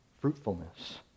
fruitfulness